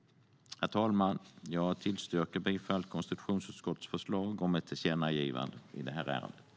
Herr talman! Jag tillstyrker konstitutionsutskottets förslag om ett tillkännagivande i det här ärendet.